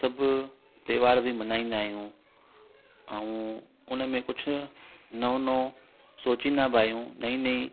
सभु तेहार बि मल्हाईंदा आहियूं ऐं उनमें कुझु नओ नओ सोचिंदा बि आहियूं नई नई